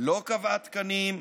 לא קבעה תקנים,